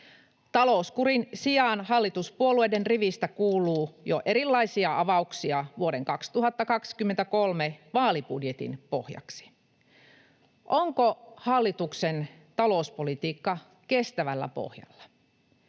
Talouskurin sijaan hallituspuolueiden riveistä kuuluu jo erilaisia avauksia vuoden 2023 vaalibudjetin pohjaksi. Onko hallituksen talouspolitiikka kestävällä pohjalla?